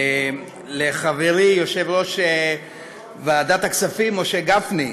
לחברי יושב-ראש ועדת הכספים משה גפני,